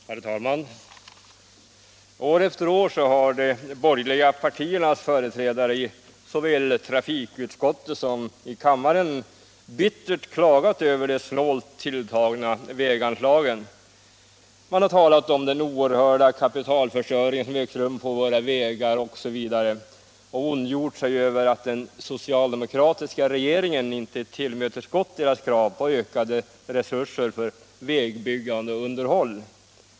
Herr talman! År efter år har de borgerliga partiernas företrädare i såväl trafikutskott som kammare bittert klagat över de snålt tilltagna väganslagen. Man har talat om den oerhörda kapitalförstöring som ägt rum på våra vägar osv. och ondgjort sig över att den socialdemokratiska regeringen inte tillmötesgått de borgerligas krav på ökade resurser för vägbyggande och underhåll.